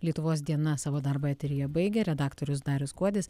lietuvos diena savo darbą eteryje baigia redaktorius darius kuodis